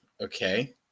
Okay